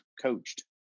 coached